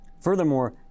Furthermore